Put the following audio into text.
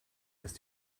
ist